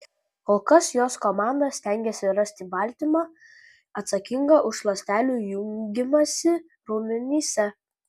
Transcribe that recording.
kol kas jos komanda stengiasi rasti baltymą atsakingą už ląstelių jungimąsi raumenyse